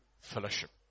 fellowship